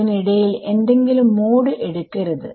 അതിനിടയിൽ എന്തെങ്കിലും മോഡ് എടുക്കരുത്